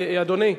אדוני,